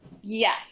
Yes